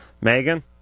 Megan